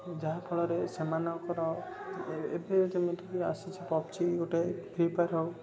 ଯାହାଫଳରେ ସେମାନଙ୍କର ଏବେ ଯେମିତି ଆସିଛି ପବଜି ଗୋଟେ ଫ୍ରି ଫାୟାର ହେଉ